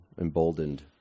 emboldened